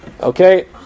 Okay